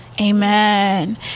Amen